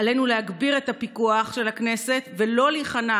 עלינו להגביר את הפיקוח של הכנסת ולא להיכנע